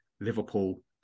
Liverpool